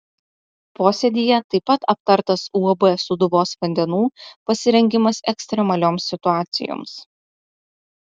posėdyje taip pat aptartas uab sūduvos vandenų pasirengimas ekstremalioms situacijoms